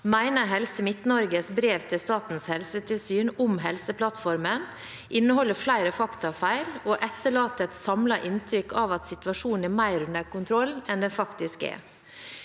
mener Helse Midt-Norges brev til Statens helsetilsyn om Helseplattformen inneholder flere faktafeil og «etterlater et samlet inntrykk av at situasjonen er mer under kontroll enn den faktisk er».